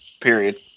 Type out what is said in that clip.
Period